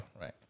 right